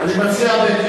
אני מציע,